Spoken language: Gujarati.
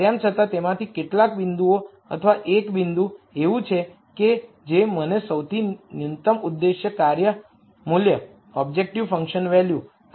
તેમ છતાં તેમાંથી કેટલાક બિંદુઓ અથવા એક બિંદુ એવું છે કે જે મને સૌથી ન્યુનત્તમ ઉદ્દેશ્ય કાર્ય મૂલ્યઓબ્જેક્ટીવ ફંકશન વેલ્યુ આપશે